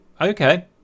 Okay